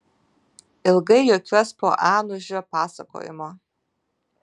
ilgai juokiuos po anužio pasakojimo